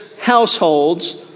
households